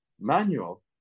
manual